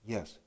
Yes